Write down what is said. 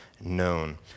known